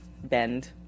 bend